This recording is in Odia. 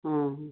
ହଁ